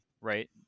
right